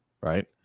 Right